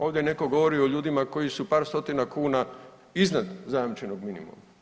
Ovdje netko govori o ljudima koji su par stotina kuna iznad zajamčenog minimuma.